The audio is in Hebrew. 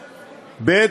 ב.